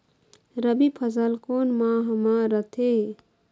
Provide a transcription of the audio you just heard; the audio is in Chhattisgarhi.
रबी फसल कोन माह म रथे?